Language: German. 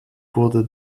wurde